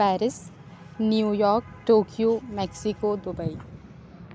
Paris New York Tokyo Mexico Dubai